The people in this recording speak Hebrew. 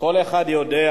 וכל אחד יודע